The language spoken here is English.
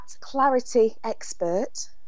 ClarityExpert